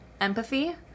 Empathy